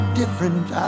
different